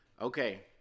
Okay